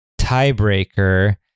tiebreaker